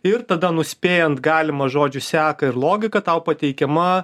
ir tada nuspėjant galimą žodžių seką ir logiką tau pateikiama